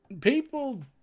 people